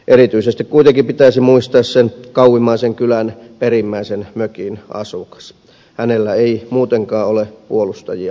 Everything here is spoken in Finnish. erityisesti kuitenkin pitäisi muistaa sen kauimmaisen kylän perimmäisen mökin asukas hänellä ei muutenkaan ole puolustajia liikaa